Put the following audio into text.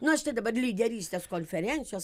na štai dabar lyderystės konferencijos